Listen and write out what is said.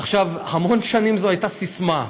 עכשיו, המון שנים זו הייתה ססמה,